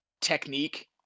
technique